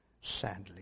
sadly